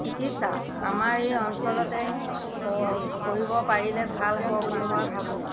চিকিৎসা আমাৰ এই অঞ্চলতে কৰিব পাৰিলে ভাল হ'ব বুলি মই ভাবোঁ